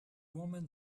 woman